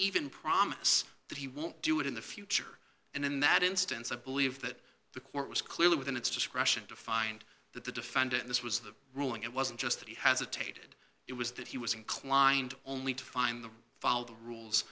even promise that he won't do it in the future and in that instance i believe that the court was clearly within its discretion to find that the defendant this was the ruling it wasn't just that he has a tape did it was that he was inclined only to find the follow the rules